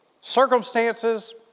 Circumstances